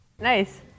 Nice